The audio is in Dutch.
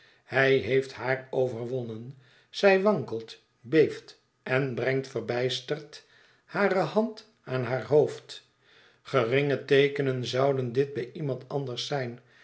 hij heeft haar overwonnen zij wankelt beeft en brengt verbijsterd hare hand aan haar hoofd geringe teekenen zouden dit bij iemand anders zijn